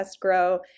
grow